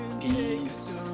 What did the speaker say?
peace